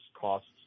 costs